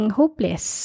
hopeless